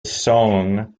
song